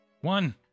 One